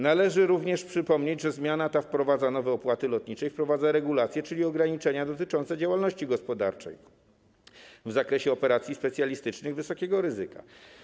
Należy również przypomnieć, że zmiana ta wprowadza nowe opłaty lotnicze i wprowadza regulacje, czyli ograniczenia dotyczące działalności gospodarczej w zakresie operacji specjalistycznych wysokiego ryzyka.